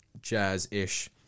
jazz-ish